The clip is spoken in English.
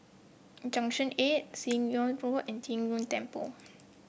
Junction Eight Seah Im Road and Tiong Ghee Temple